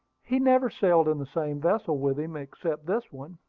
he never sailed in the same vessel with him, except this one.